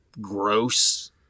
gross